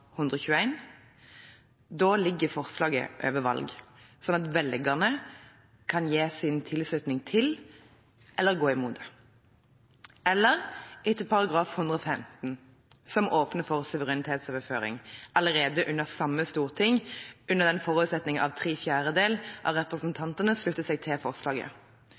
Da ligger forslaget over valg, slik at velgerne kan gi sin tilslutning til eller gå imot det. Eller det kan skje etter § 115, som åpner for suverenitetsoverføring allerede under samme storting, under den forutsetning at tre fjerdedeler av representantene slutter seg til forslaget.